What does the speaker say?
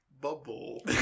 bubble